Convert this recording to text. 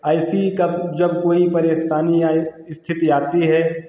ऐसी कब जब कोई परेशानी या स्थिति आती है